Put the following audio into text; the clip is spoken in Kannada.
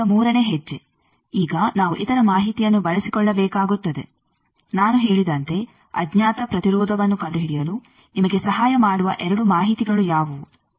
ಈಗ ಮೂರನೇ ಹೆಜ್ಜೆ ಈಗ ನಾವು ಇತರ ಮಾಹಿತಿಯನ್ನು ಬಳಸಿಕೊಳ್ಳಬೇಕಾಗುತ್ತದೆ ನಾನು ಹೇಳಿದಂತೆ ಅಜ್ಞಾತ ಪ್ರತಿರೋಧವನ್ನು ಕಂಡುಹಿಡಿಯಲು ನಿಮಗೆ ಸಹಾಯ ಮಾಡುವ 2 ಮಾಹಿತಿಗಳು ಯಾವುದು